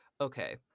okay